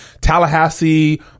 Tallahassee